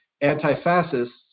anti-fascists